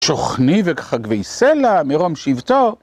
שוכני וחגבי סלע, מרום שבתו.